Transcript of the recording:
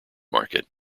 market